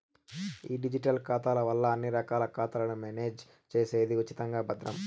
ఈ డిజిటల్ ఖాతాల వల్ల అన్ని రకాల ఖాతాలను మేనేజ్ చేసేది ఉచితం, భద్రం